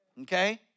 Okay